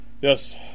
Yes